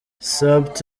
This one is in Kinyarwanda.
supt